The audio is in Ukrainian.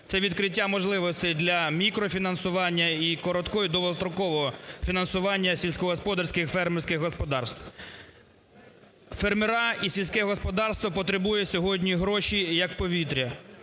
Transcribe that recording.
це відкриття можливостей для мікрофінансування і короткого довгострокового фінансування сільськогосподарських фермерських господарств. Фермери і сільське господарство потребує сьогодні гроші як повітря.